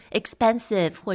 expensive